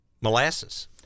molasses